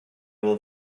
will